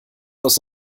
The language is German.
aus